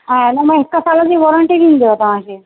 इनमें हिकु साल जी वारंटी ॾींदव तव्हांखे